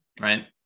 right